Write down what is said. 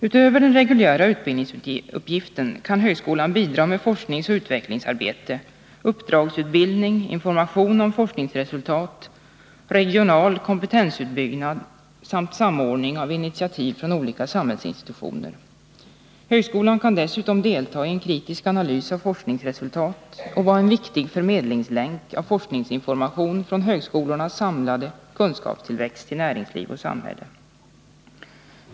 Utöver den reguljära utbildningsuppgiften kan högskolan bidra med forskningsoch utvecklingsarbete, uppdragsutbildning, information om forskningsresultat, regional kompetensutbyggnad samt samordning av initiativ från olika samhällsinstitutioner. Högskolan kan dessutom delta i en kritisk analys av forskningsresultat och vara en viktig länk för förmedling av forskningsinformation från högskolornas samlade kunskapstillväxt till näringsliv och samhälle.